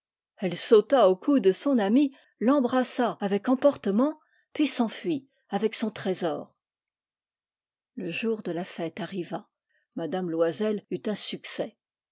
elle sauta au cou de son amie l'embrassa avec emportement puis s'enfuit avec son trésor le jour de la fête arriva m loisel eut un succès